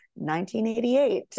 1988